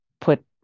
put